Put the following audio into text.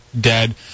dead